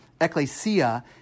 ecclesia